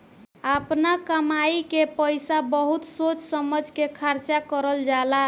आपना कमाई के पईसा बहुत सोच समझ के खर्चा करल जाला